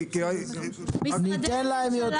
כי --- רגע,